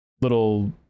little